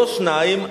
לא שניים,